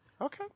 Okay